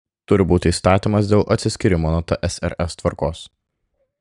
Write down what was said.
turi būti įstatymas dėl atsiskyrimo nuo tsrs tvarkos